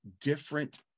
different